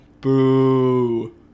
Boo